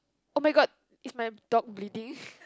oh-my-god is my dog bleeding